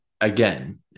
Again